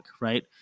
right